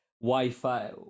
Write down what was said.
Wi-Fi